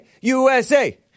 USA